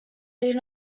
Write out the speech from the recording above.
did